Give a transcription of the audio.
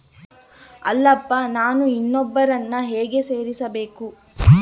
ಅಲ್ಲಪ್ಪ ನಾನು ಇನ್ನೂ ಒಬ್ಬರನ್ನ ಹೇಗೆ ಸೇರಿಸಬೇಕು?